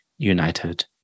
United